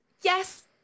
yes